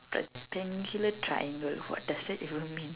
rectangular triangle what does that even mean